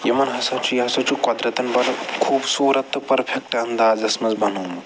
یِمن ہَسا چھِ یہِ ہسا چھُ قۄدرتن بَڑٕ خوٗبصوٗرت تہٕ پٔرفٮ۪کٹ انٛدازس منٛز بنومُت